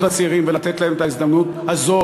הצעירים ולתת להם את ההזדמנות הזאת,